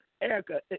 Erica